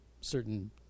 certain